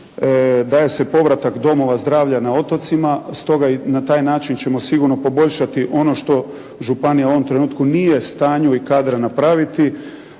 daje se povratak domova zdravlja na otocima. Stoga i na taj način ćemo sigurno poboljšati ono što županija u ovom trenutku nije u stanju i kadra napraviti.